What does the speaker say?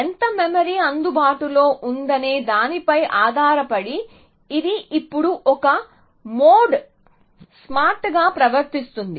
ఎంత మెమరీ అందుబాటులో ఉందనే దానిపై ఆధారపడి ఇది ఇప్పుడు ఒక మోడ్ స్మార్ట్గా ప్రవర్తిస్తుంది